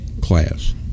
class